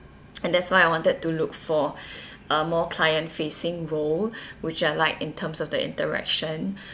and that's why I wanted to look for uh more client facing role which I like in terms of the interaction